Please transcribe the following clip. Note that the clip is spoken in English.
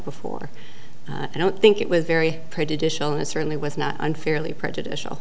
before i don't think it was very prejudicial and certainly was not unfairly prejudicial